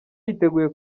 yiteguye